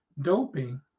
doping